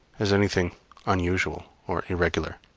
as anything unusual or irregular